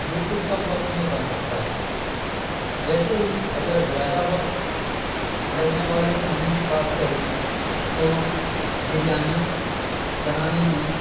بالکل کم وقت میں بن سکتا ہے ویسے ہی اگر زیادہ وقت لگنے والے کھانے کی بات کریں تو بریانی بنانے میں